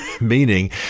meaning